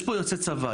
יש פה יוצאי צבא,